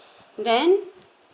then